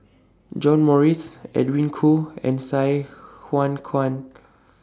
John Morrice Edwin Koo and Sai Huan Kuan